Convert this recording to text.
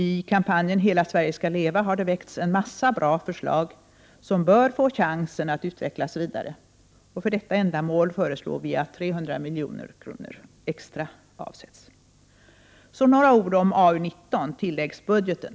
I kampanjen Hela Sverige skall leva har det väckts en massa bra förslag, som bör få chansen att utvecklas vidare. För detta ändamål föreslår vi att 300 milj.kr. extra avsätts. Så vill jag säga några ord om AU19, om tilläggsbudgeten.